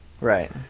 Right